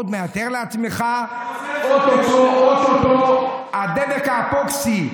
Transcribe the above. תאר לעצמך, או-טו-טו הדבק האפוקסי,